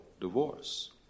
divorce